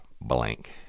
blank